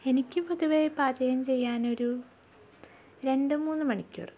എനിക്കു പൊതുവെ പാചകം ചെയ്യാനൊരു രണ്ടു മൂന്നു മണിക്കൂർ